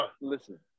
listen